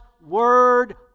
Word